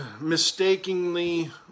mistakenly